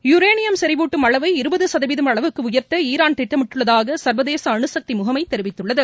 uranium செறிவுட்டும் அளவை இருபது சதவீதம் அளவுக்கு உயர்த்த ஈரான் திட்டமிட்டுள்ளதாக சர்வதேச அணுசக்தி முகமை தெரிவித்துள்ளது